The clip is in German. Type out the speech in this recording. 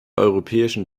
europäischen